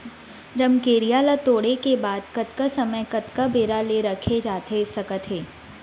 रमकेरिया ला तोड़े के बाद कतका समय कतका बेरा ले रखे जाथे सकत हे?